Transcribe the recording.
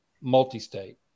multi-state